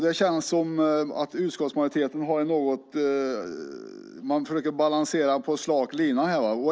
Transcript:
Det känns som att utskottsmajoriteten försöker balansera på slak lina.